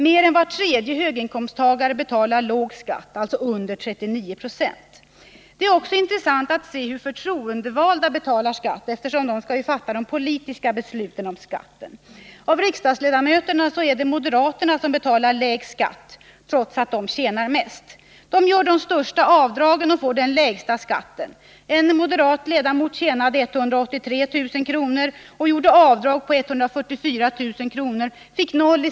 Mer än var tredje höginkomsttagare betalar låg skatt, alltså under 39 96. Det är också intressant att se hur förtroendevalda betalar skatt, eftersom de skall fatta de politiska besluten om skatten. Av riksdagsledamöterna är det moderaterna som betalar lägst skatt — trots att de tjänar mest. De gör de största avdragen och får den lägsta skatten. En moderat ledamot tjänade 183 000 kr., gjorde avdrag på 144 000 kr. och fick 0 kr.